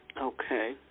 Okay